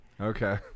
Okay